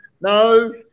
no